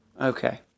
okay